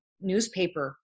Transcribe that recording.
newspaper